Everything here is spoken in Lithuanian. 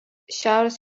šiaurės